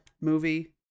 movie